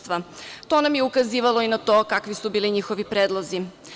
To nam je ukazivalo i na to kakvi su bili njihovi predlozi.